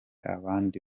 abandi